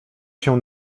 się